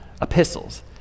Epistles